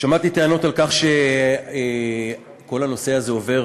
שמעתי טענות על כך שכל הנושא הזה עובר